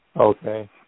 Okay